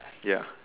ya